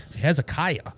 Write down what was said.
Hezekiah